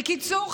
בקיצור,